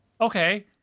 Okay